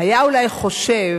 הוא היה אולי חושב